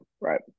right